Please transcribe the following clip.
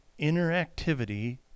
interactivity